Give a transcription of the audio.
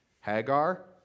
Hagar